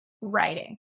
writing